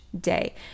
day